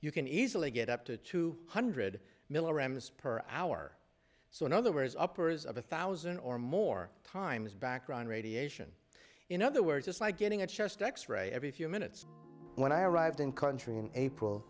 you can easily get up to two hundred milligrams per hour so in other words uppers of a thousand or more times background radiation in other words just like getting a chest x ray every few minutes when i arrived in country in april